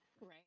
Right